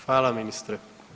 Hvala ministre.